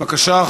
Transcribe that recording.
בבקשה,